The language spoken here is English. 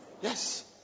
Yes